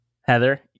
Heather